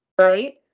right